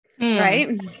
Right